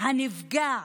הנפגע